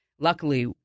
luckily